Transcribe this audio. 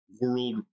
World